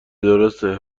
درسته